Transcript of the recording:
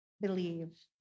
believe